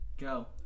Go